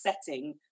setting